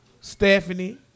Stephanie